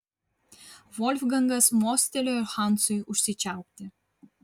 volfgangas mostelėjo hansui užsičiaupti